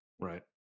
Right